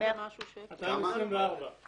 224 שקלים.